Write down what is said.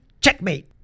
checkmate